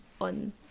on